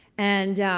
and,